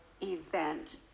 event